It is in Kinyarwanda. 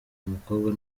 umukobwa